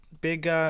big